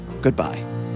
Goodbye